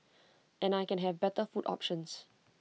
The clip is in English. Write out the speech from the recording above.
and I can have better food options